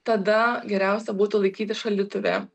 tada geriausia būtų laikyti šaldytuve